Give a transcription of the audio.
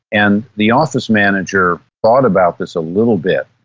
and the office manager thought about this a little bit,